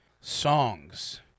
songs